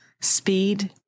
speed